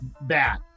Bad